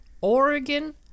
Oregon